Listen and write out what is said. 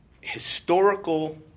historical